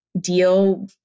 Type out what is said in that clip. deal